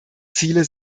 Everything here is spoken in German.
ziele